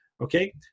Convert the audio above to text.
Okay